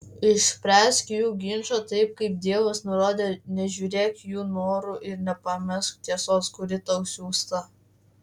išspręsk jų ginčą taip kaip dievas nurodė nežiūrėk jų norų ir nepamesk tiesos kuri tau siųsta